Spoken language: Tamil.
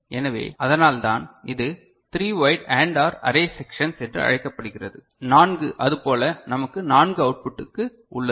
எனவே அதனால்தான் இது three wide AND OR array sections என்று அழைக்கப்படுகிறது 4 அதுபோல நமக்கு 4 அவுட்புட்டுக்கு உள்ளது